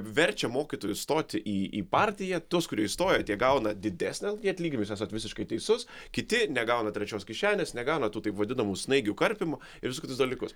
verčia mokytojus stoti į į partiją tuos kurie įstoja tie gauna didesnį atlyginimą jūs esat visiškai teisus kiti negauna trečios kišenės negauna tų taip vadinamų snaigių karpymo ir visus kitus dalykus